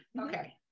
okay